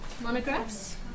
monographs